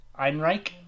Einreich